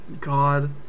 God